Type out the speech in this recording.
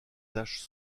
taches